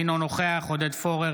אינו נוכח עודד פורר,